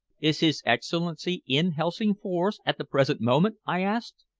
is his excellency in helsingfors at the present moment? i asked.